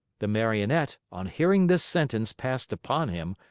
the marionette, on hearing this sentence passed upon him,